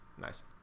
nice